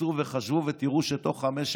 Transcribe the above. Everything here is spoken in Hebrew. צאו וחשבו ותראו שבתוך חמש,